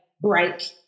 break